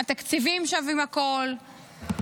התקציבים שווים הכול.